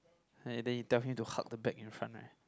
eh then you tell him to hug the bag in front right